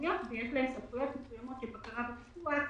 המקומיות ויש להם סמכויות מסוימות של בקרה ופיקוח,